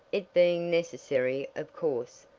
it being necessary of course,